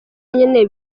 nyine